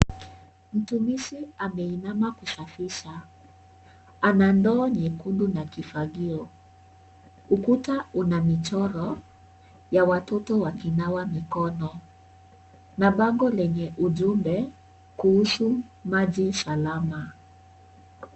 Mtumishi ameinama kusafisha, ana ndoo nyekundu na kifagio. Ukuta una michoro ya watoto wakinawa mikono na bango lenye ujumbe kuhusu maji salama.